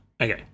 okay